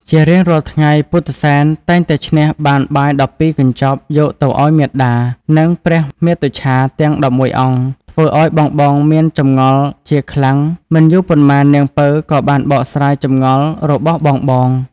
ជារៀងរាល់ថ្ងៃពុទ្ធិសែនតែងតែឈ្នះបានបាយ១២កញ្ចប់យកទៅឲ្យមាតា និងព្រះមាតុច្ឆាទាំង១១អង្គ ធ្វើឲ្យបងៗមានចម្ងល់ជាខ្លាំងមិនយូរប៉ុន្មាននាងពៅក៏បានបកស្រាយចម្ងល់របស់បងៗ។